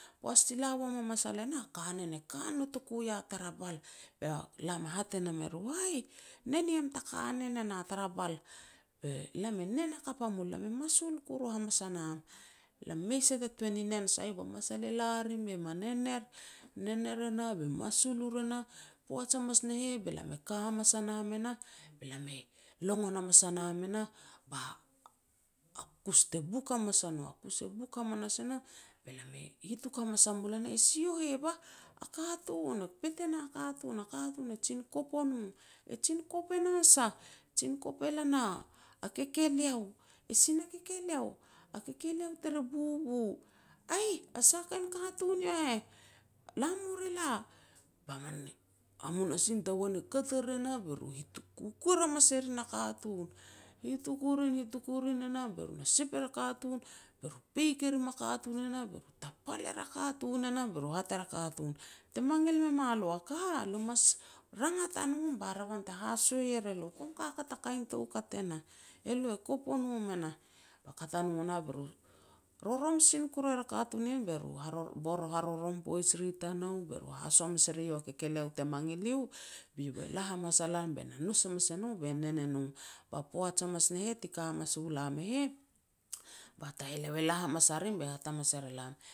Poaj ti la uam a masal e nah, kanen e ka notoku ia tara bal be lam e hat e nam e ru, "Aih, nen em ta kanen e nah tara bal." be "Lam e nen hakap a mul, lam e masul kuru hamas nam, lam mu mei kuru ta tuan ni nen sai wam." Ba masal e la rim be me nen er e nah be masul ur e nah, poaj hamas ne heh be lam e ka hamas a nam e nah be lam e longon hamas a nam e nah, ba a kus te buk hamas a no. A kus e buk hamanas e nah be lam e hituk hamas a mul e nah, "E si yo heh bah", "A katun e pet e na katun, a katun e jin kop o no." "E jin kop e na sah", "Jin kop e lan a kekeleo", "E si na kekeleo", "A kekeleo tere bubu", "Aih, a sa kain katun yo heh, la mu re la." Ba min hamunasin tagoan e kat ar e nah be hituk kukuer hamas e rin a katun. Hituk u rin, hituk u rin e nah be ru na sep er a katun be peik e rim a katun e nah be ru tapal er a katun e nah, be ru hat er a katun, "Te mangil me mua lo a ka, lo mas rangat a nom ba revan te haso er elo, kom kakat a kain toukat ne nah, elo e kop o nom e nah." Be kat a no nah, be ru rorom sin kuru er a katun ien, be ru bor harorom poij ri tanou, be ru e haso hamas e re iau a kekeleo te mangil iu, be iau e la poij hamas a lan be na nous e no be nen e no. Ba poaj hamas ne heh ti ka hamas u lam e heh, ba taheleo e la hamas a rim be hat hamas er elam